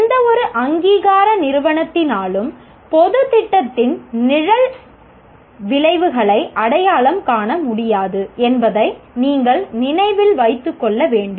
எந்த ஒரு அங்கீகார நிறுவனத்தினாலும் பொதுத் திட்டத்தின் நிழல் விளைவுகளை அடையாளம் காணமுடியாது என்பதை நீங்கள் நினைவில் வைத்துக் கொள்ள வேண்டும்